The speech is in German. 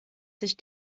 sich